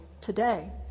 today